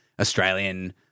Australian